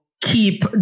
keep